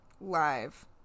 live